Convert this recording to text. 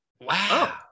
Wow